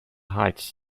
heights